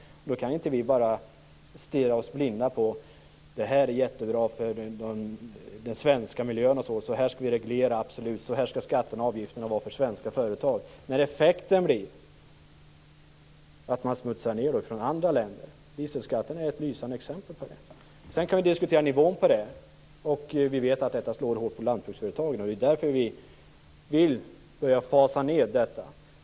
Då kan vi inte bara stirra oss blinda och säga: Det här är jättebra för den svenska miljön. Så här skall vi reglera, så här skall skatter och avgifter vara för svenska företag. Effekten blir ju att man smutsar ned från andra länder. Dieselskatten är ett lysande exempel på detta. Sedan kan man diskutera nivån. Vi vet att detta slår hårt på lantbruksföretagen. Därför vill vi börja fasa ned detta.